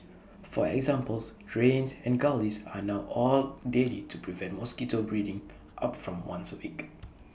for examples drains and gullies are now oiled daily to prevent mosquito breeding up from once A week